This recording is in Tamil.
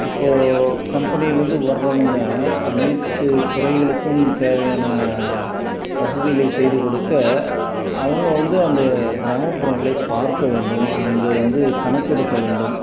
இப்போ கம்பெனியிலேருந்து வர்றவங்க அனைத்து துறைகளுக்கும் தேவையான வசதிகளை செய்து கொடுக்க அவங்க வந்து அந்த கிராமப்புறங்களை பார்க்க வேண்டும் அங்கு வந்து கணக்கெடுக்க வேண்டும்